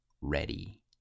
ready